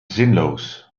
zinloos